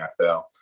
NFL